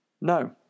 No